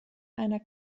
einer